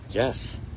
Yes